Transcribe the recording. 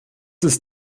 ist